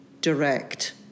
direct